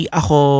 ako